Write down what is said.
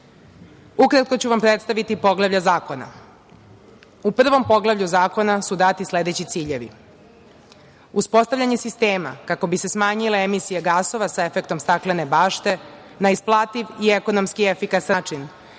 proces. Ukratko ću vam predstaviti poglavlja zakona. U prvom poglavlju zakona su dati sledeći ciljevi. Uspostavljanje sistema kako bi smanjile emisije gasova sa efektom staklene bašte na isplativ i ekonomski efikasan način